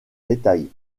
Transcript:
détails